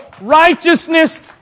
righteousness